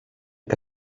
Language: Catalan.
que